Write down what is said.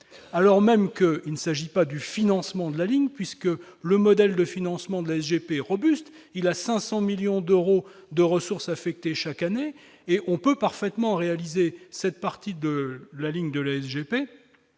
est en cause, ce n'est pas le financement de la ligne, puisque le modèle de financement de la SGP est robuste : 500 millions d'euros de ressources lui sont affectés chaque année. On peut donc parfaitement réaliser cette partie de la ligne de la SGP